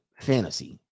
fantasy